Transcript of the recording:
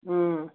اۭں